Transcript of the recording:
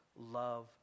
love